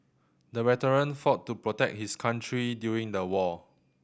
the veteran fought to protect his country during the war